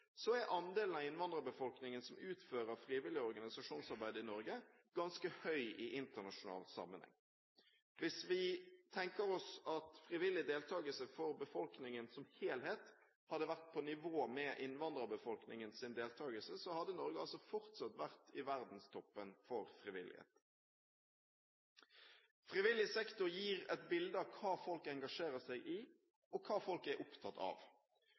er andelen av innvandrerbefolkningen som utfører frivillig organisasjonsarbeid i Norge, ganske høy i internasjonal sammenheng. Hvis vi tenker oss at frivillig deltakelse for befolkningen som helhet hadde vært på nivå med innvandrerbefolkningens deltakelse, hadde Norge fortsatt vært i verdenstoppen i frivillighet. Frivillig sektor gir et bilde av hva folk engasjerer seg i, og hva folk er opptatt av.